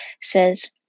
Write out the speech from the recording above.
says